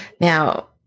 now